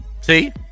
See